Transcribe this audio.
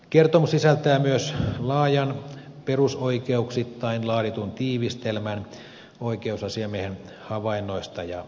kertomus sisältää myös laajan perusoikeuksittain laaditun tiivistelmän oikeusasiamiehen havainnoista ja kannanotoista